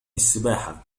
السباحة